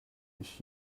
ich